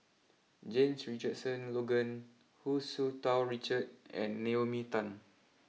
James Richardson Logan Hu Tsu Tau Richard and Naomi Tan